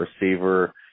receiver